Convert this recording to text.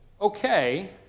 okay